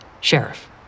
Sheriff